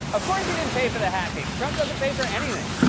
of course he didn't pay for the hacking. trump doesn't pay for anything.